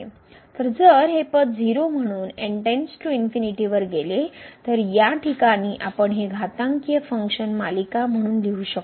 तर जर हे पद 0 म्हणूनवर गेला तर या ठिकाणी आपण हे घातांकीय फंक्शन मालिका म्हणून लिहू शकतो